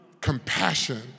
compassion